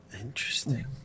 Interesting